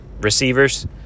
receivers